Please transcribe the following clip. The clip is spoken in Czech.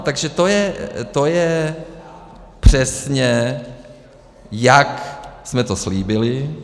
Takže to je přesně, jak jsme to slíbili.